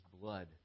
blood